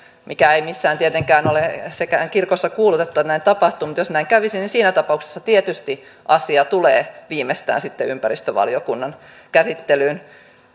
mikä ei missään tietenkään ole sekään kirkossa kuulutettu että näin tapahtuu mutta jos näin kävisi niin siinä tapauksessa asia tietysti tulee viimeistään sitten ympäristövaliokunnan käsittelyyn